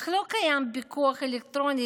אך לא קיים פיקוח אלקטרוני,